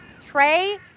Trey